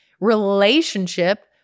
relationship